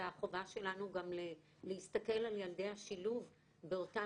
והחובה שלנו גם להסתכל על ילדי השילוב באותן